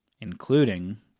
including